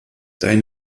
dein